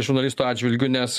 žurnalistų atžvilgiu nes